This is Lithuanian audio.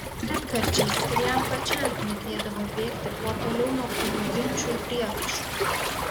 retkarčiais ir jam pačiam knietėdavo bėgti kuo toliau nuo kvailų ginčų ir priekaištų